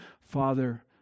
Father